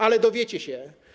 Ale dowiecie się.